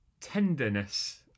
tenderness